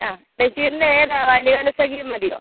ആ ബഷീറിൻ്റെ ഏതാ ബാല്യകാലസഖി മതിയോ